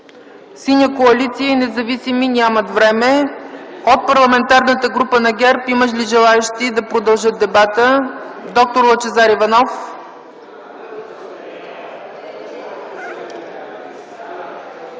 Синята коалиция и независимите – нямат време. От Парламентарната група на ГЕРБ има ли желаещи да продължат дебата? Доктор Лъчезар Иванов.